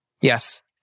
Yes